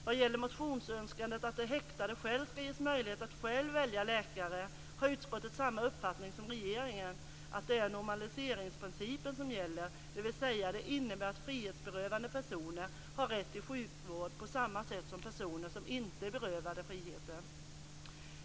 Vad gäller motionsönskandet att den häktade skall ges möjlighet att själv välja läkare har utskottet samma uppfattning som regeringen att det är normaliseringsprincipen som gäller, vilket innebär att frihetsberövade personer har rätt till sjukvård på samma sätt som personer som inte är berövade friheten.